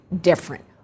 different